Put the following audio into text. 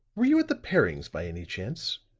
were you at the perrings, by any chance?